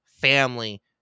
family